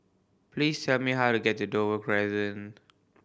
please tell me how to get to Dover Crescent